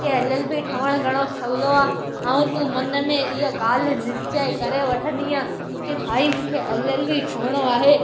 की L L B ठहण घणो सवलो आहे ऐं तूं मन में इहा ॻाल्हि निश्चय करे वठंदीअ की भाई मूंखे एल एल बी ठहिणो आहे